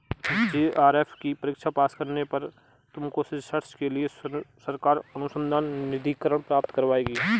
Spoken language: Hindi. जे.आर.एफ की परीक्षा पास करने पर तुमको रिसर्च के लिए सरकार अनुसंधान निधिकरण प्राप्त करवाएगी